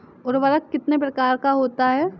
उर्वरक कितने प्रकार का होता है?